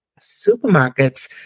Supermarkets